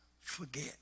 forget